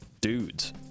dudes